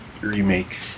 remake